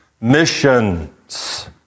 missions